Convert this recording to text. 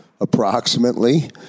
approximately